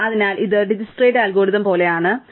അതിനാൽ ഇത് ഡിജ്ക്സ്ട്രയുടെ അൽഗോരിതം പോലെയാണ് ശരിയാണ്